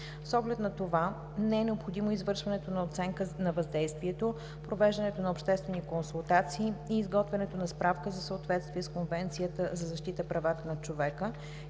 С оглед на това не е необходимо извършването на оценка на въздействието, провеждането на обществени консултации и изготвянето на справка за съответствие с Конвенцията за защита правата на човека